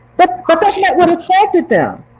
but but that's not what attracted them.